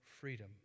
freedom